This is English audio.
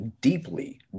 deeply